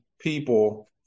people